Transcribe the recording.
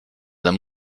d’un